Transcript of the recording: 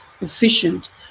efficient